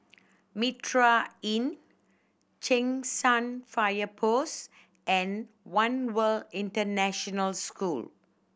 Mitraa Inn Cheng San Fire Post and One World International School